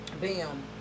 bam